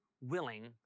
willing